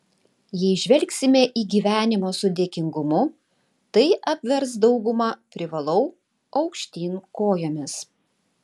jei žvelgsime į gyvenimą su dėkingumu tai apvers daugumą privalau aukštyn kojomis